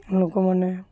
ଲୋକମାନେ